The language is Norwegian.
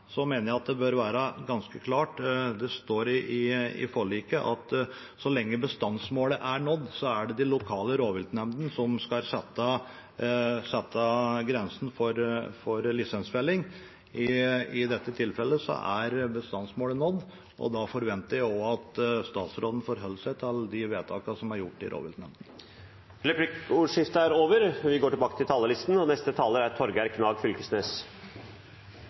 så lenge bestandsmålet er nådd, er det de lokale rovviltnemndene som skal sette grensen for lisensfelling. I dette tilfellet er bestandsmålet nådd, og da forventer jeg at statsråden forholder seg til de vedtakene som er gjort i rovviltnemndene. Replikkordskiftet er omme. Den overhengande utfordringa for Noreg er todelt. På den eine sida har vi klimaendringar som ser ut til berre å auke i momentum og